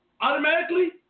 Automatically